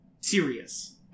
serious